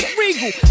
regal